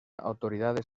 autoridades